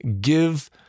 Give